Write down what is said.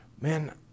Man